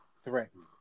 threatened